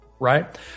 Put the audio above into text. right